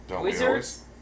Wizards